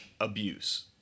abuse